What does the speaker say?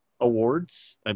awards